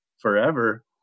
forever